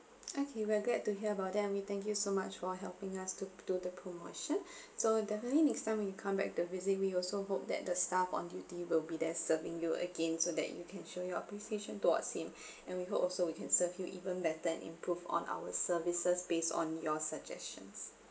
okay we're glad to hear about that we thank you so much for helping us to do the promotion so definitely next time when you come back to visit we also hope that the staff on duty will be there serving you again so that you can show your appreciation towards him and we hope also you can serve you even better and improve on our services based on your suggestions